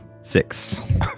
six